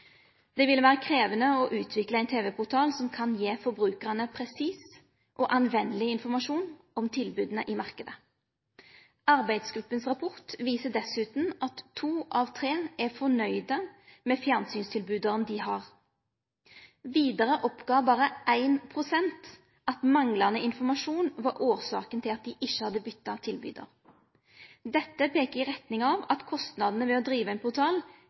Det ville vere krevjande å utvikle ein tv-portal som kan gje forbrukarane presis og anvendeleg informasjon om tilboda i marknaden. Arbeidsgruppas rapport viser dessutan at to av tre er nøgde med dei fjernsynstilboda dei har. Vidare oppgav berre 1 pst. at manglande informasjon var årsaka til at dei ikkje hadde bytt tilbydar. Dette peiker i retning av at kostnadene ved å drive ein